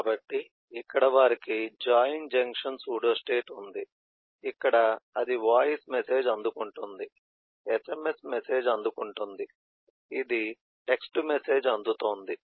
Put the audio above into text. కాబట్టి ఇక్కడ వారికి జాయిన్ జంక్షన్ సూడోస్టేట్ ఉంది ఇక్కడ ఇది వాయిస్ మెసేజ్ అందుకుంటుంది sms మెసేజ్ అందుకుంటుంది ఇది టెక్స్ట్ మెసేజ్ అందుతోంది